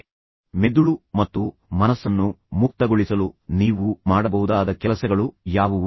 ನೀವು ಮೆದುಳು ಮತ್ತು ಮನಸ್ಸನ್ನು ಮುಕ್ತಗೊಳಿಸಲು ನೀವು ಮಾಡಬಹುದಾದ ಕೆಲಸಗಳು ಯಾವುವು